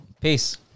peace